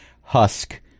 husk